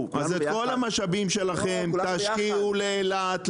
אז את כל המשאבים שלכם תשקיעו לאילת,